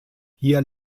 hier